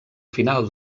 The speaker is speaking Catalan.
final